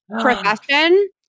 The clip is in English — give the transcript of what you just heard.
profession